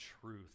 truth